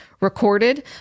recorded